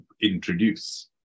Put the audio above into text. introduce